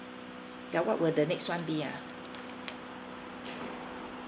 ya what were the next one be ah